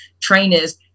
trainers